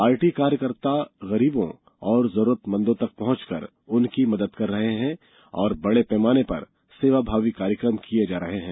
party कार्यकर्ता गरीबों और जरूरतमंदों तक पहॅचकर उनकी मदद कर रहे हैं और बड़े पैमाने पर सेवाभावी कार्यक्रम किये जा रहे हैं